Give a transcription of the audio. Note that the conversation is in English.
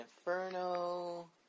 Inferno